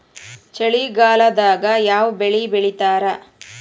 ಚಳಿಗಾಲದಾಗ್ ಯಾವ್ ಬೆಳಿ ಬೆಳಿತಾರ?